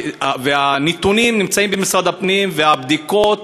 הנתונים נמצאים במשרד הפנים, והבדיקות,